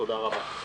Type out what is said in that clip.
תודה רבה.